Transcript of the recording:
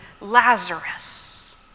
Lazarus